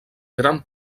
gran